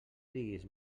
diguis